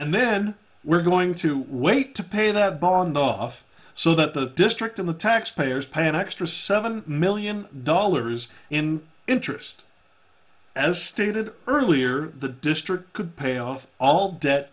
and then we're going to wait to pay that bond off so that the district and the taxpayers pay an extra seven million dollars in interest as stated earlier the district could pay of all debt